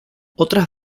otras